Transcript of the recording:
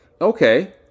Okay